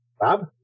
Bob